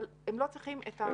כן,